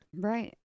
Right